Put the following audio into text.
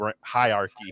hierarchy